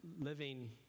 living